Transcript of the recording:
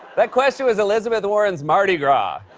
that question was elizabeth warren's mardi gras.